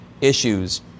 issues